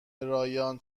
برایان